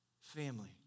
family